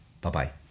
Bye-bye